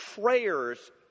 prayers